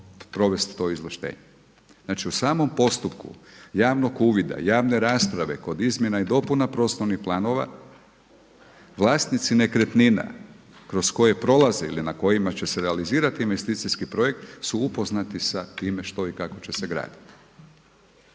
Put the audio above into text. provesti to izvlaštenje. Znači u samom postupku javnog uvida, javne rasprave kod izmjena i dopuna prostornih planova, vlasnici nekretnina kroz koje prolaze ili na kojima će se realizirati investicijski projekt su upoznati sa time što i kako će se graditi.